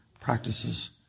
practices